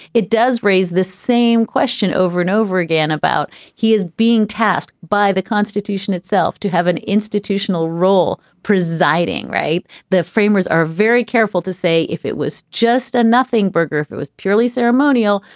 it does raise the same question over and over again about he is being tasked by the constitution itself to have an institutional role presiding. right. the framers are very careful to say if it was just a and nothing burger, if it was purely ceremonial,